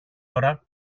ώρα